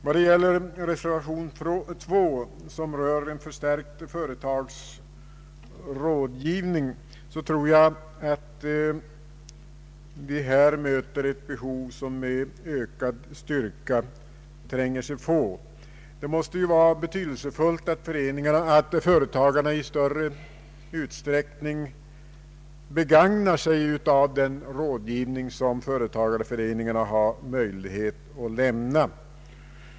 Vad gäller reservationen 2, som rör en förstärkt företagsrådgivning, möter vi ett behov som med ökad styrka tränger sig på. Det måste vara betydelsefullt att företagarna i allt större utsträckning kan begagna sig av den rådgivning som företagareföreningarna har möjlighet att lämna.